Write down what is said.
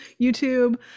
youtube